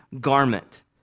garment